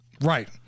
Right